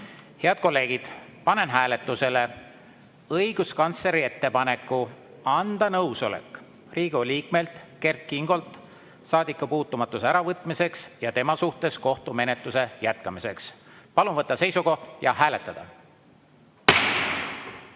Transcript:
Head kolleegid! Panen hääletusele õiguskantsleri ettepaneku anda nõusolek Riigikogu liikmelt Kert Kingolt saadikupuutumatuse äravõtmiseks ja tema suhtes kohtumenetluse jätkamiseks. Palun võtta seisukoht ja hääletada!